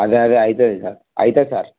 అదే అదే అవుతుంది ఇగా అవుతుంది సార్